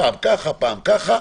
פעם ככה פעם ככה,